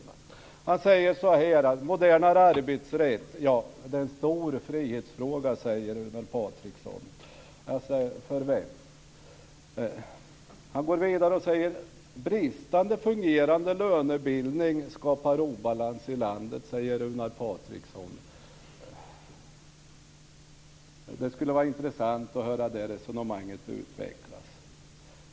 Runar Patriksson säger att en modernare arbetsrätt är en stor frihetsfråga. För vem? Han säger vidare: En bristfälligt fungerande lönebildning skapar obalans i landet. Det skulle vara intressant att höra det resonemanget utvecklas.